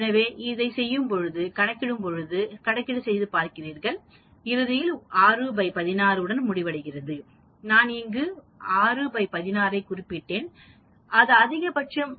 எனவே நீங்கள் இந்த கணக்கீடுகளை எல்லாம் செய்கிறீர்கள் நீங்கள் 616 உடன் முடிவடைகிறீர்கள் நான் இங்கு 616 ஐ குறிப்பிட்டேன் அது அதிகபட்சம்